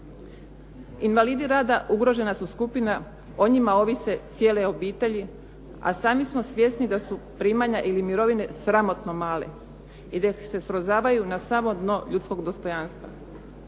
Invalidi rada ugrožena su skupina, o njima ovise cijele obitelji, a sami smo svjesni da su primanja ili mirovine sramotno male i da se srozavaju na samo dno ljudskog dostojanstva.